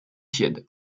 tiède